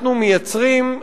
אנחנו מייצרים,